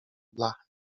blachę